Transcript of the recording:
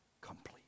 complete